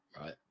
right